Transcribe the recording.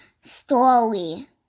story